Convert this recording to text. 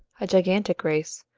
a gigantic race,